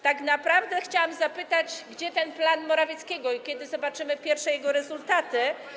Tak naprawdę chciałam zapytać, gdzie ten plan Morawieckiego i kiedy zobaczymy pierwsze jego rezultaty.